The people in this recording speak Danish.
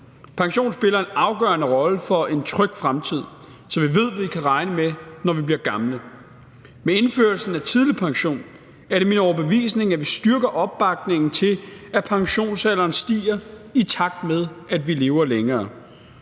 Pension spiller en afgørende rolle for en tryg fremtid, som vi ved vi kan regne med, når vi bliver gamle. Med indførslen af tidlig pension er det min overbevisning, at vi styrker opbakningen til, at pensionsalderen stiger, i takt med at vi lever længere.